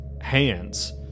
hands